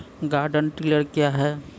Garden tiller क्या हैं?